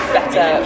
better